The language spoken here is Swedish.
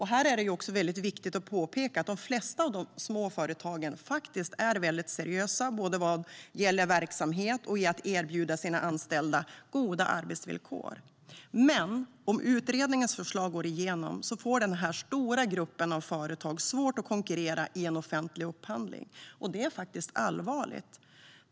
Här är det viktigt att påpeka att de flesta av de små företagen är seriösa, både vad gäller verksamheten och att erbjuda sina anställda goda arbetsvillkor. Men om utredningens förslag går igenom får den stora gruppen företag svårt att konkurrera i en offentlig upphandling. Det är allvarligt.